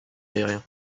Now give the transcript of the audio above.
aérien